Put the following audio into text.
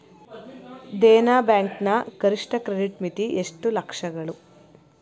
Dena bank ನ ಗರಿಷ್ಠ credit ಮಿತಿ ಎಷ್ಟು ಲಕ್ಷಗಳು?